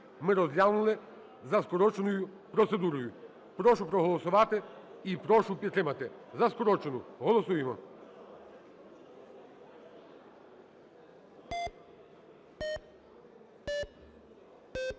ми розглянули за скороченою процедурою. Прошу проголосувати і прошу підтримати. За скорочену голосуємо.